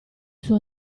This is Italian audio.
suo